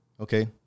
okay